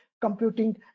computing